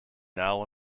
now